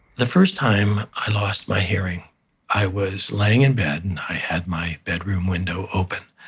the first time i lost my hearing i was laying in bed and i had my bedroom window open,